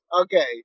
Okay